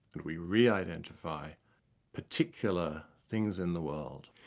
and we reidentify particular things in the world,